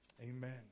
Amen